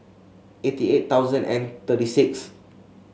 eighty eight thousand and thirty six